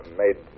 made